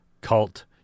cult